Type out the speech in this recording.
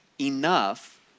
enough